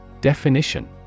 Definition